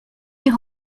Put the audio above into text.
est